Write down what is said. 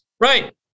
Right